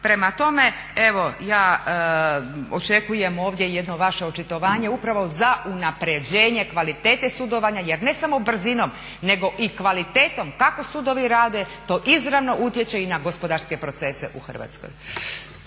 Prema tome, evo ja očekujem ovdje jedno vaše očitovanje upravo za unapređenje kvalitete sudovanja jer ne samo brzinom nego i kvalitetom kako sudovi rade to izravno utječe i na gospodarske procese u Hrvatskoj.